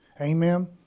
Amen